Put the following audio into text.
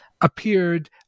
appeared